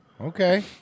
Okay